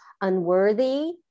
unworthy